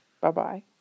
Bye-bye